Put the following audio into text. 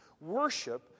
Worship